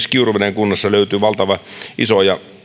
kiuruveden kunnasta valtavan isoja